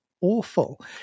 awful